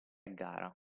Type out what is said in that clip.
gara